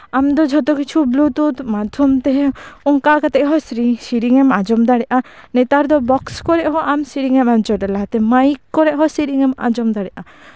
ᱟᱢ ᱫᱚ ᱡᱷᱚᱛᱚ ᱠᱤᱪᱷᱩ ᱵᱞᱩᱴᱩᱛᱷ ᱢᱟᱫᱽᱫᱷᱚᱢ ᱛᱮ ᱚᱱᱠᱟ ᱠᱟᱛᱮᱜ ᱦᱚᱸ ᱥᱮᱨᱮᱧᱮᱢ ᱟᱸᱡᱚᱢ ᱫᱟᱲᱮᱜᱼᱟ ᱱᱮᱛᱟᱨ ᱵᱚᱠᱥ ᱠᱚᱨᱮᱜ ᱦᱚᱸ ᱟᱢ ᱥᱮᱨᱮᱧᱮᱢ ᱟᱸᱡᱚᱢ ᱫᱟᱲᱮᱜᱼᱟ ᱞᱟᱦᱟᱛᱮ ᱢᱟᱭᱤᱠ ᱠᱚᱨᱮ ᱦᱚᱸ ᱥᱤᱨᱤᱧ ᱮᱢ ᱟᱸᱡᱚᱢ ᱫᱟᱲᱮᱜᱼᱟ